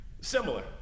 similar